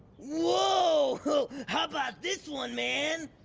whoa whoa how about this one man?